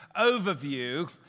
overview